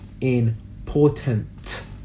important